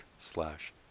slash